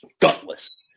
Gutless